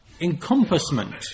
encompassment